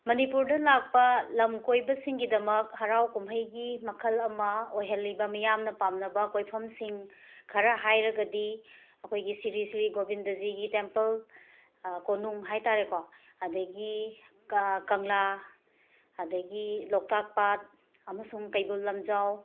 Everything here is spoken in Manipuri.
ꯃꯅꯤꯄꯨꯔꯗ ꯂꯥꯛꯄ ꯂꯝ ꯀꯣꯏꯕꯁꯤꯡꯒꯤꯗꯃꯛ ꯍꯔꯥꯎ ꯀꯨꯝꯍꯩꯒꯤ ꯃꯈꯜ ꯑꯃ ꯑꯣꯏꯍꯜꯂꯤꯕ ꯃꯤꯌꯥꯝꯅ ꯄꯥꯝꯅꯕ ꯀꯣꯏꯐꯝꯁꯤꯡ ꯈꯔ ꯍꯥꯏꯔꯒꯗꯤ ꯑꯩꯈꯣꯏꯒꯤ ꯁ꯭ꯔꯤ ꯁ꯭ꯔꯤ ꯒꯣꯕꯤꯟꯗꯖꯤꯒꯤ ꯇꯦꯝꯄꯜ ꯀꯣꯅꯨꯡ ꯍꯥꯏꯇꯥꯔꯦꯀꯣ ꯑꯗꯒꯤ ꯀꯥ ꯀꯪꯂꯥ ꯑꯗꯒꯤ ꯂꯣꯛꯇꯥꯛ ꯄꯥꯠ ꯑꯃꯁꯨꯡ ꯀꯩꯕꯨꯜ ꯂꯝꯖꯥꯎ